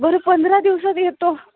बरं पंधरा दिवसात येतो